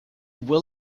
will